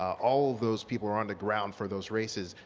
all those people are on the ground for those races,